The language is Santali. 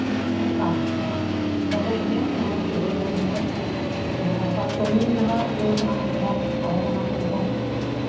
ᱤᱱᱟᱹᱜ ᱜᱟᱱ ᱚᱸᱰᱮ ᱠᱷᱚᱡ ᱤᱧᱟᱹᱜ ᱩᱱᱱᱚᱛᱤ ᱦᱩᱭᱱᱟ ᱱᱤᱱᱟᱹᱜ ᱡᱮᱢᱚᱱ ᱱᱚᱝᱠᱟ ᱠᱟᱹᱢᱤ ᱨᱮᱱᱟᱜ ᱤᱭᱟᱹ ᱠᱟᱱᱟ ᱡᱮᱢᱚᱱ ᱛᱟᱦᱮᱸ ᱠᱟᱱᱟ ᱡᱮᱢᱚᱱ